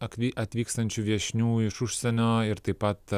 akvi atvykstančių viešnių iš užsienio ir taip pat